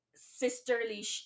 sisterly